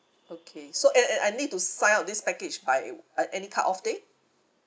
okay so and and I need to sign up this package by uh uh any cut off day